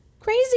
Crazy